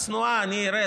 הצנועה, אני ארד.